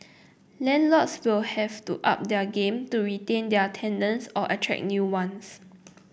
landlords will have to up their game to retain their tenants or attract new ones